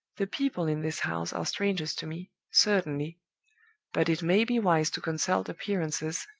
the people in this house are strangers to me, certainly but it may be wise to consult appearances,